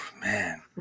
Man